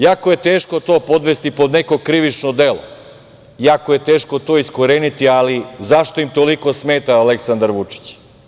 Jako je teško to podvesti pod neko krivično delo, jako je teško to iskoreniti, ali zašto im toliko smeta Aleksandar Vučić?